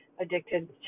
addicted